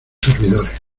servidores